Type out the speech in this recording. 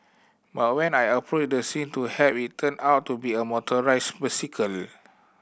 but when I approached the scene to help it turned out to be a motorised bicycle